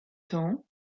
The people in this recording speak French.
temps